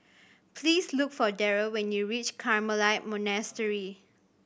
please look for Daryl when you reach Carmelite Monastery